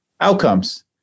outcomes